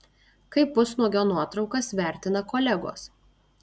kaip pusnuogio nuotraukas vertina kolegos